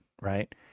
right